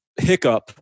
hiccup